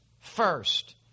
first